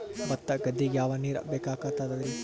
ಭತ್ತ ಗದ್ದಿಗ ಯಾವ ನೀರ್ ಬೇಕಾಗತದರೀ?